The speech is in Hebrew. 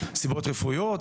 סיבות רפואיות,